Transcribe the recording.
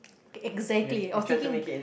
exactly I was thinking